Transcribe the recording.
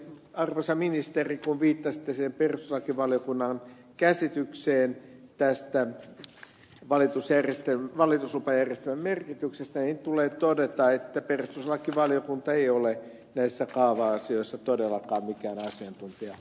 arvoisa ministeri kun viittasitte perustuslakivaliokunnan käsitykseen tästä valituslupajärjestelmän merkityksestä niin tulee todeta että perustuslakivaliokunta ei ole näissä kaava asioissa todellakaan mikään asiantuntija